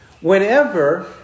whenever